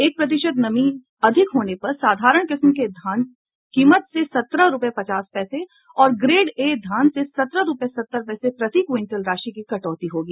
एक प्रतिशत नमी अधिक होने पर साधारण किस्म के धान कीमत से सत्रह रूपये पचास पैसे और ग्रेड ए धान से सत्रह रूपये सत्तर पैसे प्रति क्यिंटल राशि की कटौती होगी